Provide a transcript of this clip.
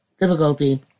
difficulty